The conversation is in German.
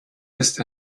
ist